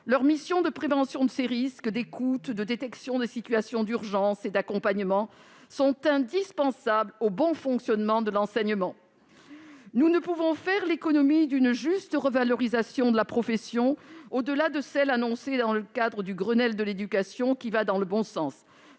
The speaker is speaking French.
Leurs missions de prévention de ces risques, d'écoute, de détection des situations d'urgence et d'accompagnement sont indispensables au bon fonctionnement de l'enseignement. Nous ne pouvons faire l'économie d'une juste revalorisation de la profession, au-delà de celle annoncée dans le cadre du Grenelle de l'éducation, qui va dans le bon sens.